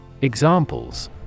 Examples